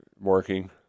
working